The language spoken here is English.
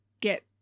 get